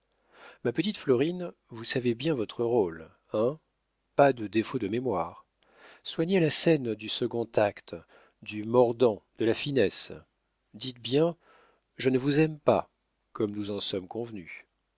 ma petite florine vous savez bien votre rôle hein pas de défaut de mémoire soignez la scène du second acte du mordant de la finesse dites bien je ne vous aime pas comme nous en sommes convenus